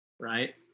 Right